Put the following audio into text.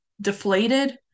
deflated